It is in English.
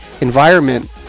environment